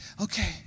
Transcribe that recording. okay